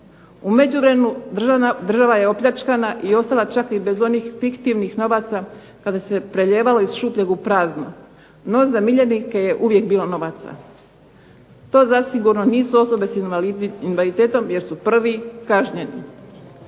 U međuvremenu država je opljačkana i ostala čak i bez onih fiktivnih novaca kada se prelijevalo iz šupljeg u prazno. No, za miljenike je uvijek bilo novaca. To zasigurno nisu osobe sa invaliditetom jer su prvi kažnjeni.